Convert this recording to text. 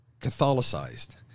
Catholicized